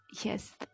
yes